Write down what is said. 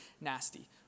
nasty